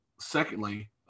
Secondly